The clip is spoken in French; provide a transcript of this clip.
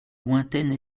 lointaine